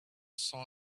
saw